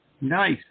Nice